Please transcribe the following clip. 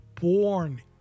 born